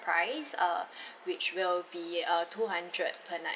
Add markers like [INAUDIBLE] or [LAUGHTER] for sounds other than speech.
price uh [BREATH] which will be uh two hundred per night